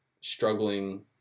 struggling